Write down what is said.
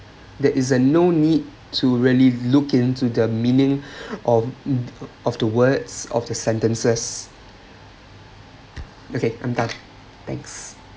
there is uh no need to really look into the meaning of the of the words of the sentences okay I'm done thanks